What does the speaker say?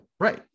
Right